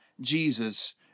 Jesus